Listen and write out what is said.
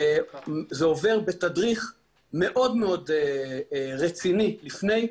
זה עובר בתדריך מאוד מאוד רציני לפני,